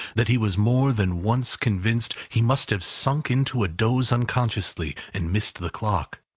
that he was more than once convinced he must have sunk into a doze unconsciously, and missed the clock.